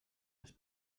les